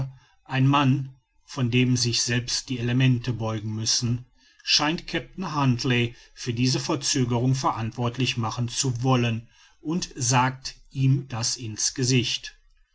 ein mann vor dem sich selbst die elemente beugen müssen scheint kapitän huntly für diese verzögerung verantwortlich machen zu wollen und sagt ihm das in's gesicht